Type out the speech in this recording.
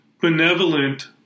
benevolent